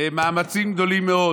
ומאמצים גדולים מאוד,